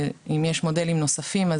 אם יש מודלים נוספים,